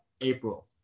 April